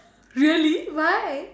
really why